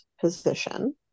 position